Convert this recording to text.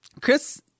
Chris